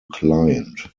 client